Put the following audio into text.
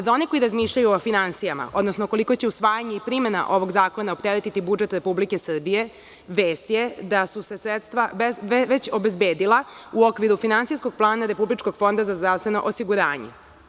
Za one koji razmišljaju o finansijama, odnosno koliko će usvajanje i primena ovog zakona opteretiti budžet Republike Srbije, vest je da su se sredstva već obezbedila u okviru finansijskog plana Republičkog fonda za zdravstveno osiguranje.